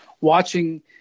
watching